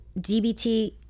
DBT